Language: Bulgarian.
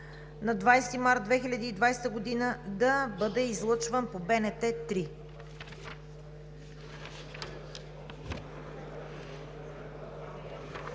на 20 март 2020 г. да бъде излъчван по БНТ-3.